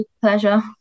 Pleasure